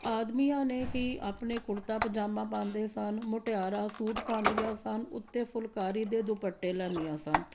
ਆਦਮੀਆਂ ਨੇ ਕੀ ਆਪਣੇ ਕੁੜਤਾ ਪਜਾਮਾ ਪਾਉਂਦੇ ਹੁੰਦੇ ਸਨ ਮੁਟਿਆਰਾਂ ਸੂਟ ਪਾਉਂਦੀਆਂ ਸਨ ਉੱਤੇ ਫੁਲਕਾਰੀ ਦੇ ਦੁਪੱਟੇ ਲੈਂਦੀਆਂ ਸਨ